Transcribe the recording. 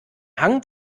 hang